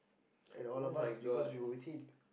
and all of us because we were with him